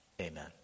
amen